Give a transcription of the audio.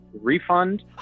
refund